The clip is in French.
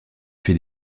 fait